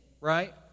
right